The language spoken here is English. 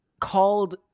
called